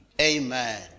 Amen